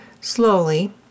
slowly